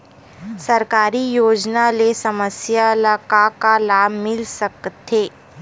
सरकारी योजना ले समस्या ल का का लाभ मिल सकते?